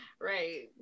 Right